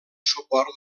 suport